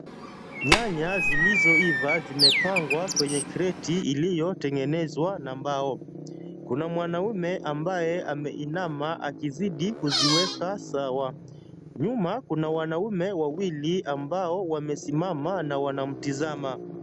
Nyanya zilizoiva zimepangwa kwenye kretii iliyotengenezwa na mbao. Kuna mwanaume ambaye ameinama akizidi kuziweka sawa. Nyuma kuna wanaume wawili ambao wamesimama na wanamtizama.